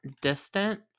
distant